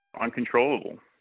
uncontrollable